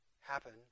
happen